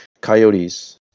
Coyotes